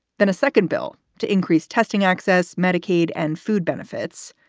then a second bill to increase testing, access medicaid and food benefits.